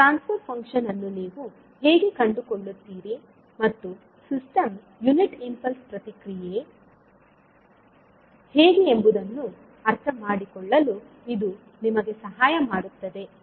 ಟ್ರಾನ್ಸ್ fur function ಅನ್ನು ನೀವು ಹೇಗೆ ಕಂಡುಕೊಳ್ಳುತ್ತೀರಿ ಮತ್ತು ಸಿಸ್ಟಮ್ನ ಯುನಿಟ್ ಇಂಪಲ್ಸ್ ಪ್ರತಿಕ್ರಿಯೆ ಹೇಗೆ ಎಂಬುದನ್ನು ಅರ್ಥಮಾಡಿಕೊಳ್ಳಲು ಇದು ನಿಮಗೆ ಸಹಾಯ ಮಾಡುತ್ತದೆ